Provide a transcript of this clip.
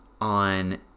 on